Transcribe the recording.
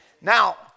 Now